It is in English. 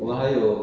mm